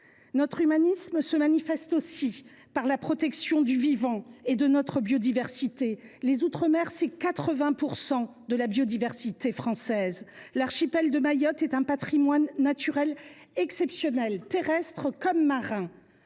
Notre humanisme s’exprime aussi au travers de la protection du vivant et de notre biodiversité. Les outre mer représentent 80 % de la biodiversité française. L’archipel de Mayotte est un patrimoine naturel d’exception, terrestre comme marin